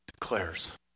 declares